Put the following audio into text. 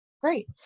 great